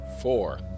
Four